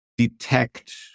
detect